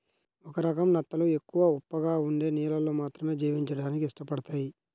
ఒక రకం నత్తలు ఎక్కువ ఉప్పగా ఉండే నీళ్ళల్లో మాత్రమే జీవించడానికి ఇష్టపడతయ్